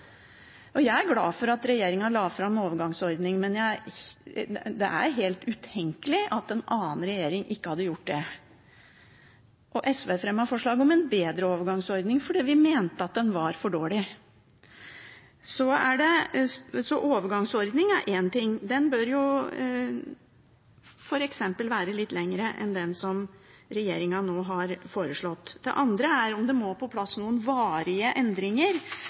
Jeg er glad for at regjeringen la fram en overgangsordning, men det er helt utenkelig at en annen regjering ikke hadde gjort det. SV fremmet forslag om en bedre overgangsordning fordi vi mente at den var for dårlig. Så overgangsordning er én ting – den bør f.eks. være litt lengre enn den som regjeringen nå har foreslått. Det andre er om det må på plass noen varige endringer